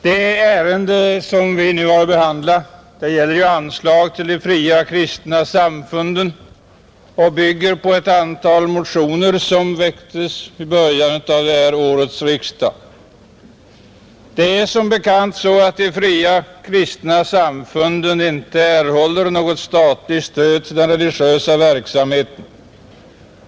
Det ärende som vi nu har att behandla och som gäller anslag till de fria kristna samfunden bygger på ett antal motioner som väcktes vid början av årets riksdag. Det är som bekant så att de fria kristna samfunden inte erhåller något statligt stöd till den religiösa verksamheten.